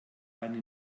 eine